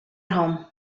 home